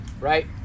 right